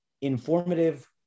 informative